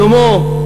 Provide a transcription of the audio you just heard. שלמה,